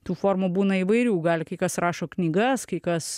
tų formų būna įvairių gali kai kas rašo knygas kai kas